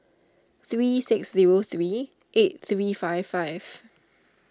three six zero three eight three five five